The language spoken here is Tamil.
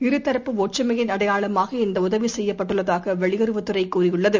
இரு தரப்பு ஒற்றுமையின் அடையாளமாக இந்தஉதவிசெய்யப்பட்டுள்ளதாகவெளியுறவுத் துறைதெரிவித்துள்ளது